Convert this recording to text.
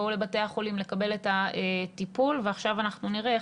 בואו לבתי החולים לקבל את הטיפול ועכשיו אנחנו נראה איך